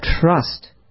trust